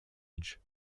age